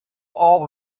all